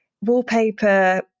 wallpaper